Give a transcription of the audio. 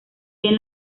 bien